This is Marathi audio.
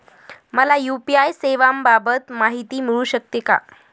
मला यू.पी.आय सेवांबाबत माहिती मिळू शकते का?